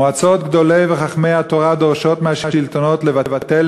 מועצות גדולי וחכמי התורה דורשות מהשלטונות לבטל